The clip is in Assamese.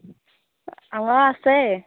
অ' আছে